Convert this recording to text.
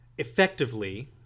Effectively